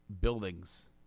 buildings